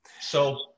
So-